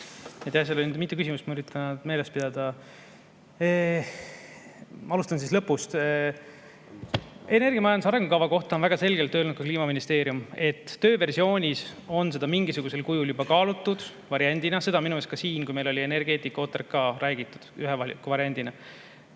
Aitäh! Seal oli mitu küsimust, ma üritan neid meeles pidada. Ma alustan lõpust. Energiamajanduse arengukava kohta on väga selgelt öelnud ka Kliimaministeerium, et tööversioonis on seda mingisugusel kujul juba kaalutud variandina. Sellest on minu arust ka siin, kui meil oli energeetika OTRK, räägitud ühe variandina.